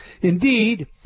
Indeed